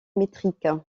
métrique